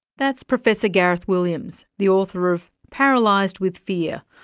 that's professor gareth williams, the author of paralysed with fear,